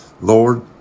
Lord